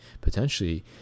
potentially